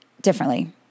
differently